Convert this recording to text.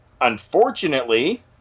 unfortunately